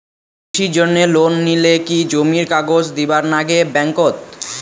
কৃষির জন্যে লোন নিলে কি জমির কাগজ দিবার নাগে ব্যাংক ওত?